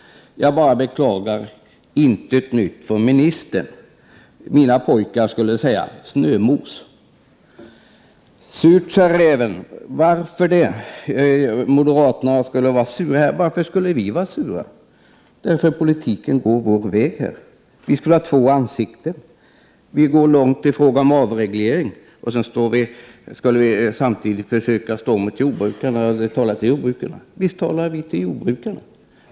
Jag kan bara beklaga: intet nytt från ministern. Mina pojkar skulle säga att detta är shömos. Jordbruksministern sade att mitt anförande präglades av talesättet ”surt, 47 sa räven”. Moderaterna skulle vara sura här, menade han. Varför skulle vi vara sura? Politiken går vår väg. Dessutom påstod jordbruksministern att vi skulle ha två ansikten. Han menade att vi går långt i fråga om avreglering och att vi samtidigt försöker vända oss till jordbrukarna. Visst talar vi till jordbrukarna!